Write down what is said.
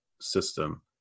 system